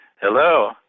Hello